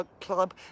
club